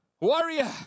Warrior